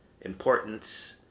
importance